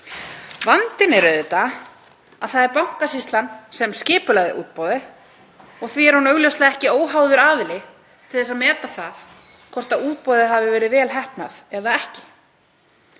Vandinn er auðvitað að það er Bankasýslan sem skipulagði útboðið. Því er hún augljóslega ekki óháður aðili til að meta það hvort útboðið hafi verið vel heppnað eða ekki.